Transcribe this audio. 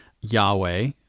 Yahweh